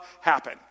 happen